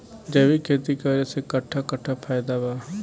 जैविक खेती करे से कट्ठा कट्ठा फायदा बा?